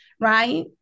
right